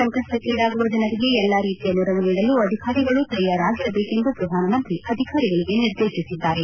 ಸಂಕಷ್ಟಕ್ಕೀಡಾಗುವ ಜನರಿಗೆ ಎಲ್ಲಾ ರೀತಿಯ ನೆರವು ನೀಡಲು ಅಧಿಕಾರಿಗಳು ತಯಾರಾಗಿರಬೇಕೆಂದು ಪ್ರಧಾನಮಂತ್ರಿ ಅಧಿಕಾರಿಗಳಿಗೆ ನಿರ್ದೇಶಿಸಿದ್ದಾರೆ